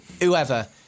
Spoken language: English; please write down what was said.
whoever